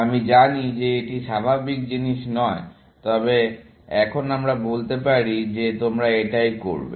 আমি জানি যে এটি স্বাভাবিক জিনিস নয় তবে এখন আমরা বলতে পারি যে তোমরা এটাই করবে